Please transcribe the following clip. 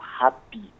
happy